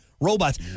robots